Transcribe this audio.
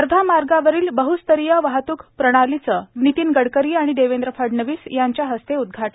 वर्धा मार्गावरील बहस्तरीय वाहतूक प्रणालीचे नितिन गडकरी आणि देवेंद्र फडणवीस यांच्या हस्ते उदघाटन